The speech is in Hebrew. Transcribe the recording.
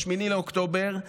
ב-8 באוקטובר,